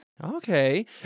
Okay